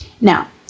Now